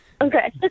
Okay